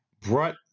brought